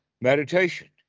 meditation